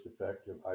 effective